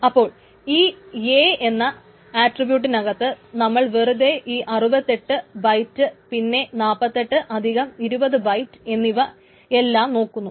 അപ്പോൾ ഈ A യെന്ന ആട്രിബ്യൂട്ടിനകത്ത് നമ്മൾ വെറുതെ ഈ 68 ബൈറ്റ് പിന്നെ 48 20 ബൈറ്റ് എന്നിവ എല്ലാം നോക്കുന്നു